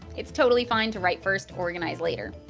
it's totally fine to write first, organize later.